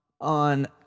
on